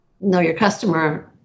know-your-customer